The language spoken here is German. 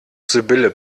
sibylle